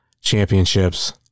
championships